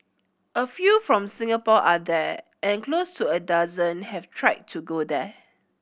a few from Singapore are there and close to a dozen have tried to go there